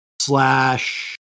slash